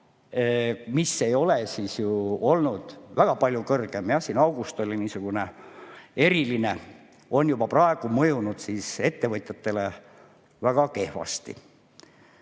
mis ei ole olnud väga palju kõrgem – jah, august oli niisugune eriline –, on juba praegu mõjunud ettevõtjatele väga kehvasti.